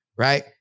Right